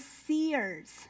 seers